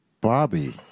Bobby